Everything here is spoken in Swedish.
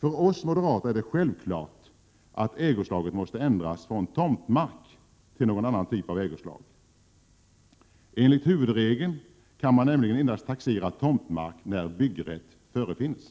För oss moderater är det självklart att ägoslaget måste ändras från tomtmark till någon annan typ av ägoslag. Enligt huvudregeln kan man nämligen endast taxera tomtmark när byggrätt finns.